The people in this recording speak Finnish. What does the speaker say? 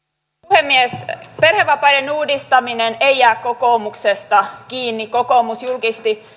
puhemies perhevapaiden uudistaminen ei jää kokoomuksesta kiinni kokoomus julkisti